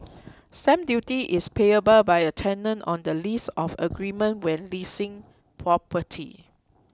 stamp duty is payable by a tenant on the lease or agreement when leasing property